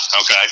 okay